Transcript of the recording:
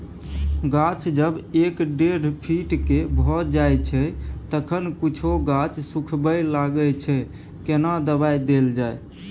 गाछ जब एक डेढ फीट के भ जायछै तखन कुछो गाछ सुखबय लागय छै केना दबाय देल जाय?